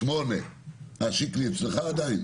58. אה, שיקלי אצלך עדיין?